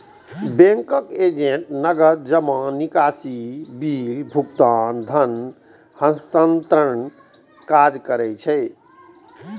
banking agent नकद जमा, निकासी, बिल भुगतान, धन हस्तांतरणक काज करै छै